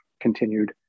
continued